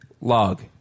Log